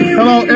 Hello